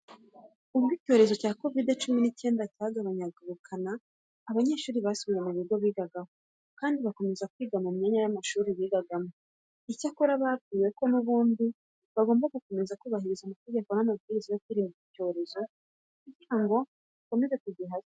Ubwo icyorezo cya kovide cumi n'icyenda cyagabanyaga ubukana, abanyeshuri basubiye ku bigo bigagaho kandi bakomeza kwiga mu myaka y'amashuri bigagamo. Icyakora babwiwe ko n'ubundi bagomba gukomeza kubahiriza amategeko n'amabwiriza yo kwirinda iki cyorezo kugira ngo tugomeze kugihashya.